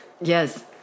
Yes